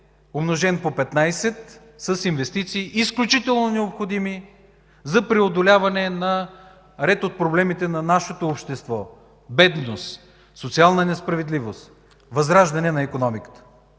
умножен по 15 с инвестиции, изключително необходими за преодоляване на ред проблеми на нашето общество – бедност, социална несправедливост, възраждане на икономиката.